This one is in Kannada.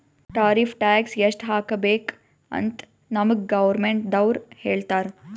ಟಾರಿಫ್ ಟ್ಯಾಕ್ಸ್ ಎಸ್ಟ್ ಹಾಕಬೇಕ್ ಅಂತ್ ನಮ್ಗ್ ಗೌರ್ಮೆಂಟದವ್ರು ಹೇಳ್ತರ್